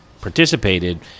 participated